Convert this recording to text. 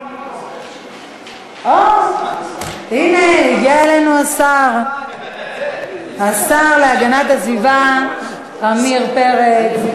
או, הנה הגיע אלינו השר להגנת הסביבה עמיר פרץ.